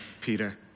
Peter